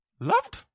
loved